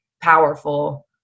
powerful